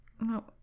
no